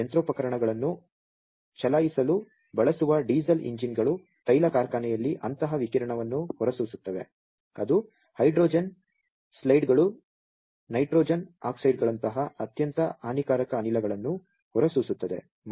ಅಲ್ಲಿ ಯಂತ್ರೋಪಕರಣಗಳನ್ನು ಚಲಾಯಿಸಲು ಬಳಸುವ ಡೀಸೆಲ್ ಇಂಜಿನ್ಗಳು ತೈಲ ಕಾರ್ಖಾನೆಯಲ್ಲಿ ಅಂತಹ ವಿಕಿರಣವನ್ನು ಹೊರಸೂಸುತ್ತವೆ ಅದು ಹೈಡ್ರೋಜನ್ ಸಲ್ಫೈಡ್ಗಳು ನೈಟ್ರೋಜನ್ ಆಕ್ಸೈಡ್ಗಳಂತಹ ಅತ್ಯಂತ ಹಾನಿಕಾರಕ ಅನಿಲಗಳನ್ನು ಹೊರಸೂಸುತ್ತದೆ